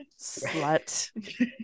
Slut